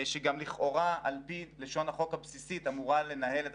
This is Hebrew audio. שגם לכאורה על פי לשון החוק הבסיסית אמורה לנהל את